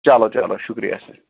چلو چلو شُکریہ سر